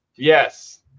Yes